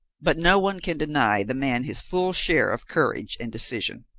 but no one can deny the man his full share of courage and decision.